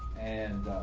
and